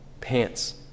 pants